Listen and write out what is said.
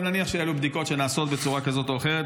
אבל נניח שאלה בדיקות שנעשות בצורה כזאת או אחרת,